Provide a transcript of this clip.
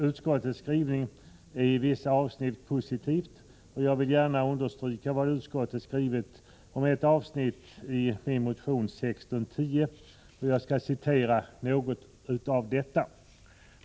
Utskottets skrivning är i vissa avsnitt positiv, och jag vill gärna understryka vad utskottet skrivit om ett avsnitt i motion 1610.